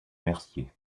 mercier